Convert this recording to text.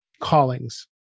callings